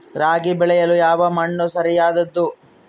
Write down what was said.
ರಾಗಿ ಬೆಳೆಯಲು ಯಾವ ಮಣ್ಣು ಸರಿಯಾದದ್ದು?